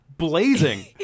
blazing